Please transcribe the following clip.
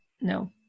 no